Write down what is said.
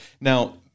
Now